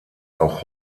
auch